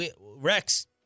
Rex